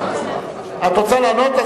אני רוצה לענות.